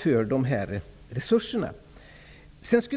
stånd tack vare de här resurserna.